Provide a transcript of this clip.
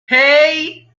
hey